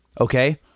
Okay